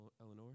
eleanor